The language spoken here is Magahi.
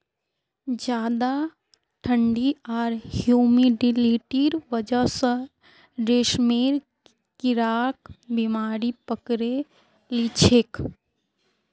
ज्यादा ठंडी आर ह्यूमिडिटीर वजह स रेशमेर कीड़ाक बीमारी पकड़े लिछेक